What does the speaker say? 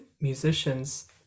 musicians